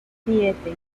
siete